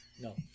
No